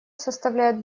составляет